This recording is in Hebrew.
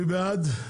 מי בעד?